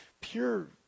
pure